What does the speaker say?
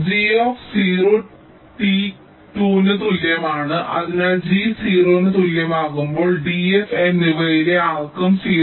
g 0 t 2 ന് തുല്യമാണ് അതിനാൽ g 0 ന് തുല്യമാകുമ്പോൾ d f എന്നിവയിലെ ആർക്കും 0